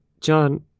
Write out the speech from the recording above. John